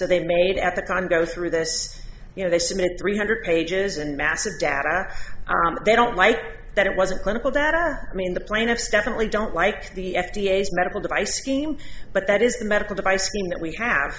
so they made at the time go through this you know they submit three hundred pages and massive data they don't like that it wasn't clinical data i mean the plaintiffs definitely don't like the f d a is medical device scheme but that is a medical device that we have